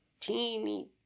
teeny